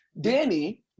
Danny